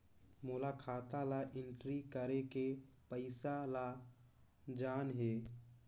मोला खाता ला एंट्री करेके पइसा ला जान हे?